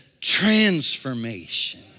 transformation